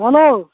hello